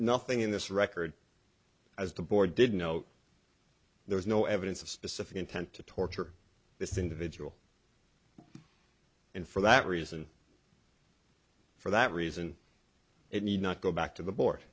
nothing in this record as the board didn't know there was no evidence of specific intent to torture this individual and for that reason for that reason it need not go back to the board